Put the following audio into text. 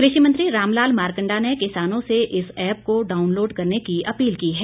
कृषि मंत्री रामलाल मारकंडा ने किसानों से इस ऐप को डाउनलोड करने की अपील की है